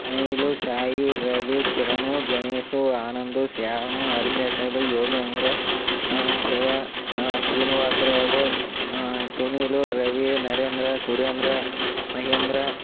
Anil Sai Ravi Kiran Ganesh Anand Shyam Hari Prasad Yogender Shiva Srinivasarao Sunil Ravi Narendra Surendra Mahindra